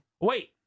Wait